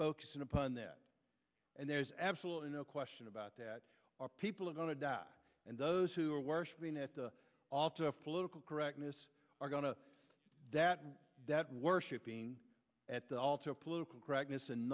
focusing upon that and there's absolutely no question about that our people are going to die and those who are worshipping at the altar of political correctness are going to that that worshipping at the altar of political correctness and